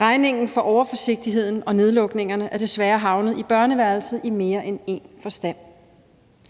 Regningen for overforsigtigheden og nedlukningerne er desværre havnet i børneværelset i mere end én forstand.